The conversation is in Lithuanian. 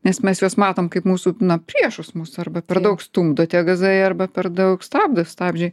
nes mes juos matom kaip mūsų priešus mūsų arba per daug stumdo tie gazai arba per daug stabdo stabdžiai